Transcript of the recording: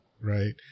right